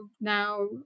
now